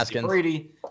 Brady